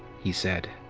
he said.